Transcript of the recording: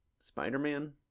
Spider-Man